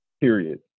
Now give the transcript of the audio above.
period